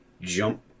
jump